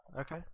okay